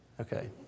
Okay